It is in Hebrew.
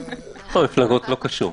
מפלגות לא קשורות.